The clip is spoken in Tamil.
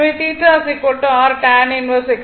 எனவே θ r tan 1X R